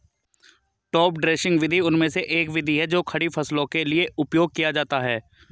top dressing विधि उनमें से एक विधि है जो खड़ी फसलों के लिए उपयोग किया जाता है